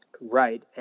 Right